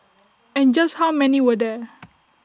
and just how many were there